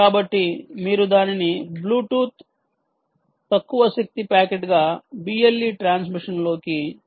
కాబట్టి మీరు దానిని బ్లూటూత్ తక్కువ శక్తి ప్యాకెట్గా BLE ట్రాన్స్మిషన్లోకి పంపించాలి